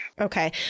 Okay